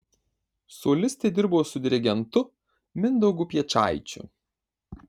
solistė dirbo su dirigentu mindaugu piečaičiu